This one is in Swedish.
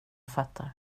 fattar